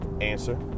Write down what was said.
answer